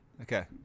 Okay